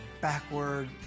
backward